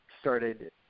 started